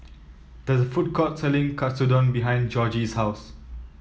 there is a food court selling Katsudon behind Georgie's house